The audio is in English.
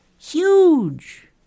Huge